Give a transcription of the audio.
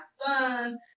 son